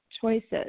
choices